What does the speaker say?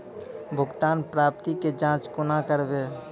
भुगतान प्राप्ति के जाँच कूना करवै?